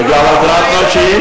והנושא השלישי,